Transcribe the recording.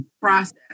process